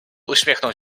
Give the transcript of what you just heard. uśmiechnął